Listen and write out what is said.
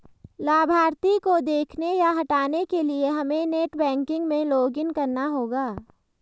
लाभार्थी को देखने या हटाने के लिए हमे नेट बैंकिंग में लॉगिन करना होगा